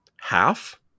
half